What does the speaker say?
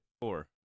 four